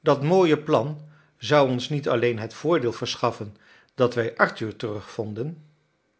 dat mooie plan zou ons niet alleen het voordeel verschaffen dat wij